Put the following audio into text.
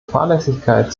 fahrlässigkeit